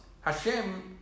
hashem